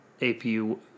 APU